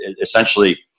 essentially